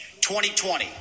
2020